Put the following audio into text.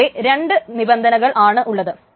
അവിടെ രണ്ടു നിബന്ധനകൾ ആണ് ഉള്ളത്